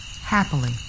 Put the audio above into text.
happily